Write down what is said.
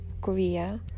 Korea